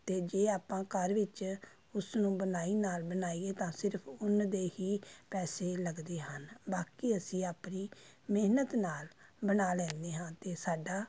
ਅਤੇ ਜੇ ਆਪਾਂ ਘਰ ਵਿੱਚ ਉਸ ਨੂੰ ਬੁਣਾਈ ਨਾਲ ਬਣਾਈਏ ਤਾਂ ਸਿਰਫ਼ ਉੱਨ ਦੇ ਹੀ ਪੈਸੇ ਲੱਗਦੇ ਹਨ ਬਾਕੀ ਅਸੀਂ ਆਪਣੀ ਮਿਹਨਤ ਨਾਲ ਬਣਾ ਲੈਂਦੇ ਹਾਂ ਅਤੇ ਸਾਡਾ